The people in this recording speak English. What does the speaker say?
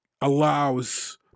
allows